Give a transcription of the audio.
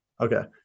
Okay